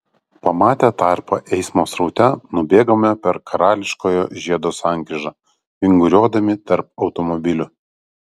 pamatę tarpą eismo sraute nubėgome per karališkojo žiedo sankryžą vinguriuodami tarp automobilių